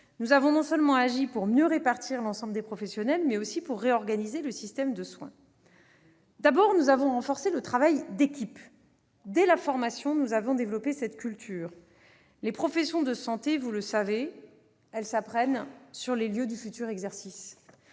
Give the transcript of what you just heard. Nous avons agi non seulement pour mieux répartir l'ensemble des professionnels, mais aussi pour réorganiser le système de soins. D'abord, nous avons renforcé le travail d'équipe : dès la formation, nous avons développé cette culture. Vous le savez, les professions de santé s'apprennent sur les lieux du futur exercice.